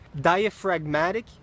diaphragmatic